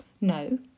No